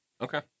Okay